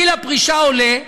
גיל הפרישה עולה,